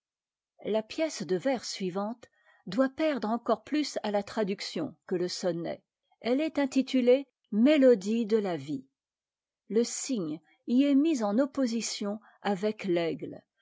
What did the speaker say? la pièce de vers suivante doit perdre encore plus à la traduction que le sonnet elle est intitu ée ëm m e e e cygne y est mis en opposition avec l'aigle